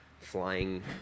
flying